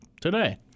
today